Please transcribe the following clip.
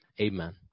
amen